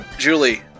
Julie